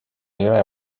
jõe